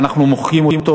אנחנו מוחקים אותו,